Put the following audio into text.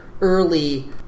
early